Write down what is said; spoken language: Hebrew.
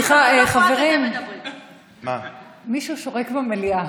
סליחה, חברים, מישהו שורק במליאה.